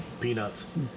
peanuts